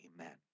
Amen